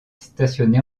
stationnée